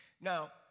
Now